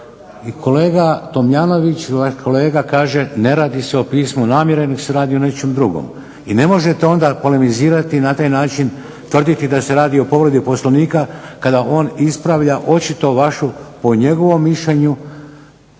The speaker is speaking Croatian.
I kolega Tomljanović kaže ne radi se o pismu namjere nego se radi o nečem drugom. I ne možete onda polemizirati i na taj način tvrditi da se radi o povredi Poslovnika kada on ispravlja očito vašu po njegovom mišljenju